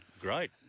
great